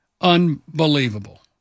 unbelievable